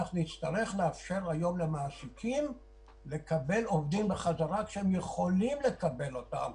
לכן נצטרך לאפשר למעסיקים לקבל בחזרה עובדים כשהם יכולים לקבל אותם,